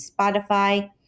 Spotify